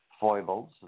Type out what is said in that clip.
foibles